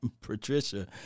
Patricia